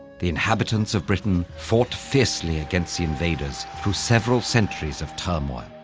the inhabitants of britain fought fiercely against the invaders through several centuries of turmoil.